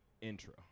intro